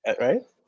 right